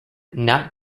not